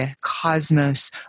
cosmos